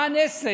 מה הנס?